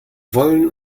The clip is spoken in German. wollen